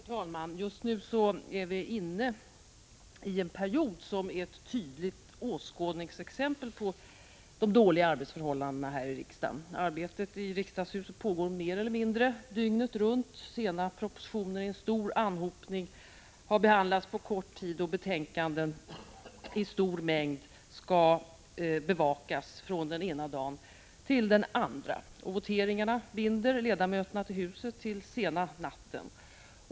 Herr talman! Just nu är vi inne i en period som är ett tydligt åskådningsexempel på de dåliga arbetsförhållandena här i riksdagen. Arbetet här i riksdagshuset pågår mer eller mindre dygnet runt. Sena propositioner i en stor anhopning har behandlats på kort tid, och betänkanden i stor mängd skall bevakas från den ena dagen till den andra. Voteringarna binder ledamöterna till huset till sena natten.